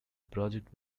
project